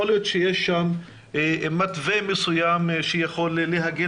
יכול להיות שיש שם מתווה מסוים שיכול להגן